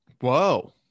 whoa